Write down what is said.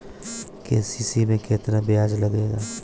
KCC में केतना ब्याज लगेला?